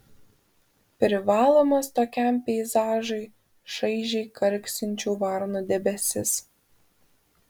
privalomas tokiam peizažui šaižiai karksinčių varnų debesis